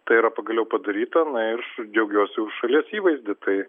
tai yra pagaliau padaryta na ir su džiugiuosi už šalies įvaizdį tai